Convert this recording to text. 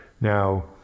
Now